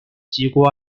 机关